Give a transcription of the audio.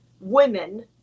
women